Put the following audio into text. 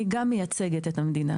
אני גם מייצגת את המדינה,